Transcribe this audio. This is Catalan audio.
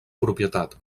propietat